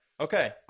Okay